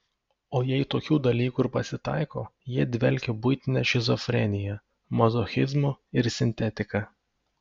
o jei tokių dalykų ir pasitaiko jie dvelkia buitine šizofrenija mazochizmu ir sintetika